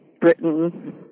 Britain